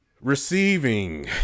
Receiving